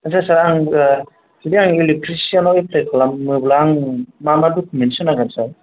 आस्सा सार आं जुदि आं इलेक्ट्रिसियानाव एप्लाइ खालामोब्ला आं मा मा डकुमेन्ट्स होनांगोन सार